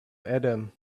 adam